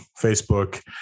Facebook